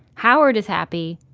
howard is happy.